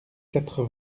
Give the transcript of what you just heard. quatre